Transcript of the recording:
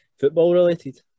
Football-related